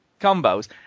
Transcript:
combos